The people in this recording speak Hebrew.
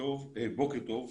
בוקר טוב.